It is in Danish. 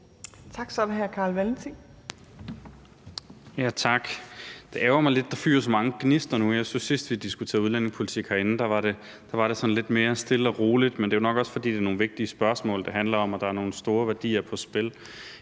Tak. Så er det hr. Carl Valentin.